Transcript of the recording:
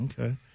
Okay